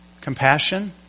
Compassion